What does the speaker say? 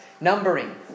numbering